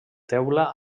teula